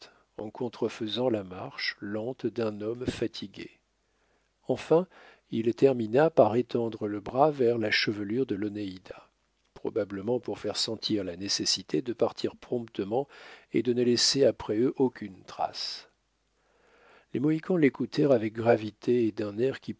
en contrefaisant la marche lente d'un homme fatigué enfin il termina par étendre le bras vers la chevelure de l'onéida probablement pour faire sentir la nécessité de partir promptement et de ne laisser après eux aucune trace les mohicans l'écoutèrent avec gravité et d'un air